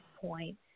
point